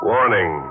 Warning